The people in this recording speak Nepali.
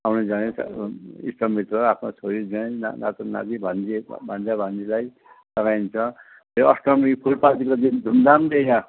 आउने जाने इष्ट मित्र आफनो छोरी जुवाँई नातानाती भान्जी भान्जा भान्जीलाई लगाइन्छ त्यो अष्टमी फुलपातीको दिन धुमधामले यहाँ